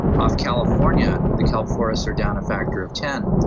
off california the kelp forests are down a factor of ten.